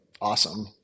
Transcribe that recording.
awesome